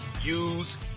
use